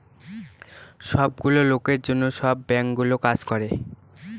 সব গুলো লোকের জন্য সব বাঙ্কগুলো কাজ করে